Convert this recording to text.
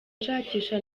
nshakisha